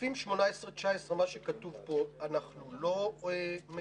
סעיפים 18 ו-19, מה שכתוב פה אנחנו לא מגישים.